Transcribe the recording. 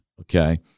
Okay